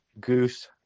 Goose